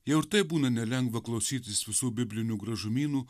jau ir taip būna nelengva klausytis visų biblinių gražumynų